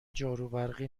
جاروبرقی